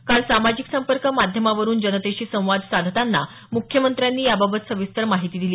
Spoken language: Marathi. काल सामाजिक संपर्क माध्यमावरून जनतेशी संवाद साधताना मुख्यमंत्र्यांनी याबाबत सविस्तर माहिती दिली